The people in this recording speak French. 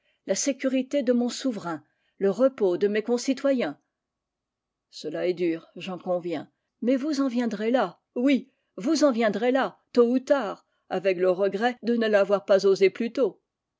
la sécurité de mon souverain le repos de mes concitoyens cela est dur j'en conviens mais vous en viendrez là oui vous en viendrez là tôt ou tard avec le regret de ne l'avoir pas osé plus